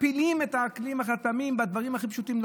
מכפילים את המיסים בדברים הכי פשוטים.